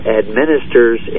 administers